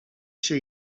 się